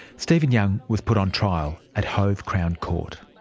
stephen young was put on trial at hove crown court.